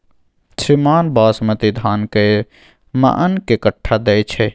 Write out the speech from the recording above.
श्रीमान बासमती धान कैए मअन के कट्ठा दैय छैय?